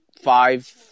five